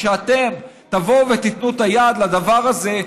כשאתם תבואו ותיתנו את היד לדבר הזה,